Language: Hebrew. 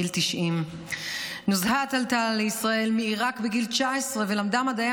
בגיל 90. נוזהת עלתה לישראל מעיראק בגיל 19 ולמדה מדעי